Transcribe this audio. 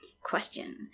Question